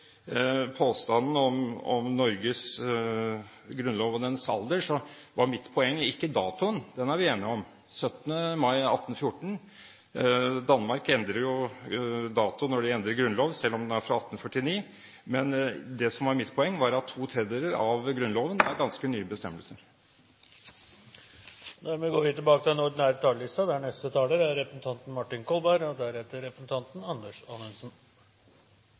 påstanden om Norges grunnlov og dens alder, var mitt poeng ikke datoen – den er vi enige om: 17. mai 1814. Danmark endrer jo dato når de endrer grunnlov, selv om den er fra 1849. Men det som var mitt poeng, var at to tredjedeler av Grunnloven er ganske nye bestemmelser. Replikkordskiftet er over. Mange innlegg har vært preget av påstandene om at flertallsinnstillingen og forslagsstillerne har EU-saken og